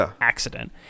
accident